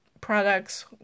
products